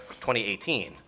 2018